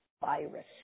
virus